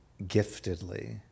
giftedly